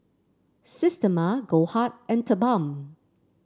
Systema Goldheart and TheBalm